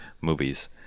movies